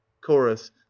chorus